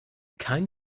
kein